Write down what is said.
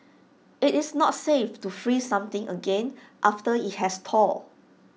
IT is not safe to freeze something again after IT has thawed